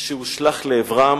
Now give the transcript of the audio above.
שהושלך לעברם.